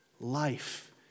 life